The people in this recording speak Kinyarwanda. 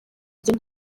njye